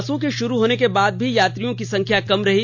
बसों के शुरू होने के बाद भी यात्रियों की संख्या कम रही